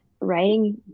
Writing